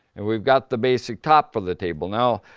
and we've got the basic top of the table. now,